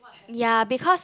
ya because